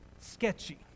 sketchy